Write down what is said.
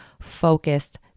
focused